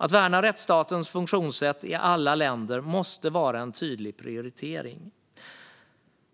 Att värna rättsstatens funktionssätt i alla länder måste vara en tydlig prioritering.